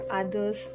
others